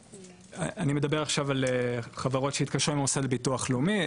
אני מדבר עכשיו על חברות שהתקשרו עם המוסד לביטוח לאומי,